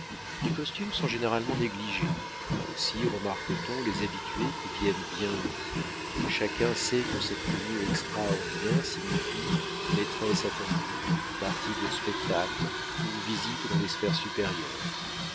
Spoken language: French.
les costumes sont généralement négligés aussi remarque t on les habitués qui viennent bien mis chacun sait que cette tenue extraordinaire signifie maîtresse attendue partie de spectacle ou visite dans les sphères supérieures